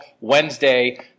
Wednesday